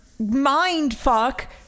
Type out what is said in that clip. Mindfuck